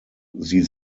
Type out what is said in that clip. sie